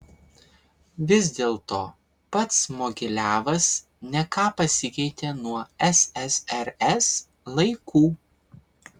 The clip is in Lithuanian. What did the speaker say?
vis dėlto pats mogiliavas ne ką pasikeitė nuo ssrs laikų